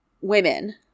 women